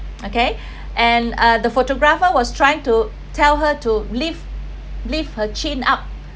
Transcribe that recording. okay and uh the photographer was trying to tell her to lift lift her chin up